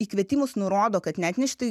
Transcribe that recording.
į kvietimus nurodo kad neatnešti